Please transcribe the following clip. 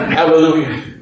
Hallelujah